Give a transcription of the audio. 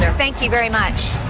thank you very much.